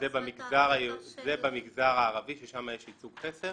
זה במגזר הערבי ששם יש יצוג חסר.